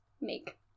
make